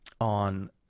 on